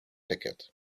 ticket